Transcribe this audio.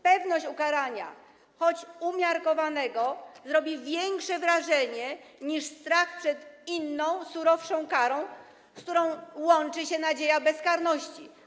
Pewność ukarania, choćby umiarkowanego, robi większe wrażenie niż strach przed inną, surowszą karą, z którą łączy się nadzieja bezkarności.